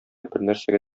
бернәрсәгә